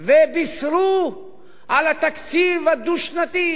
ובישרו על התקציב הדו-שנתי,